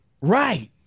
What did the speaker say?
Right